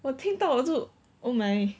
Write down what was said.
我听到我就 oh my